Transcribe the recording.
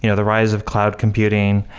you know the rise of cloud computing.